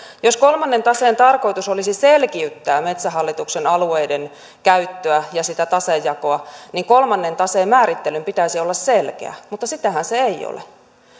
jos kolmannen taseen tarkoitus olisi selkiyttää metsähallituksen alueiden käyttöä ja sitä taseen jakoa niin kolmannen taseen määrittelyn pitäisi olla selkeä mutta sitähän se ei ole